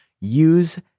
Use